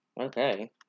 Okay